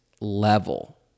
level